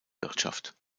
wirtschaft